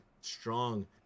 strong